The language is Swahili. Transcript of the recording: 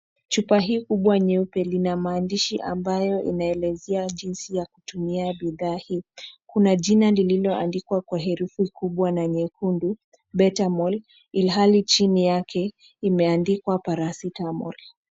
Chupa hii kubwa nyeupe lina maandishi ambayo inaelezea jinsi ya kutumia bidhaa hii. Kuna jina lililoandikwa kwa herufi kubwa na nyekundu, [betamol], ilhali chini yake, imeandikwa paracetamol .